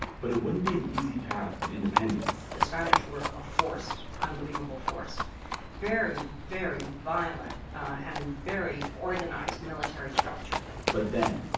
but it wouldn't be an easy path to independence the spanish were a force, unbelievable force very, very violent and very organized military structure but then,